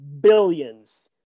billions